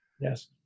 Yes